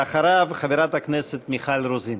אדוני, ואחריו, חברת הכנסת מיכל רוזין.